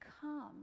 Come